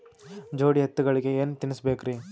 ಜೋಡಿ ಎತ್ತಗಳಿಗಿ ಏನ ತಿನಸಬೇಕ್ರಿ?